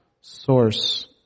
source